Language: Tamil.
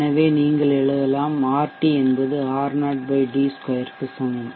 எனவே நீங்கள் எழுதலாம் RT என்பது R0 d2 க்கு சமம்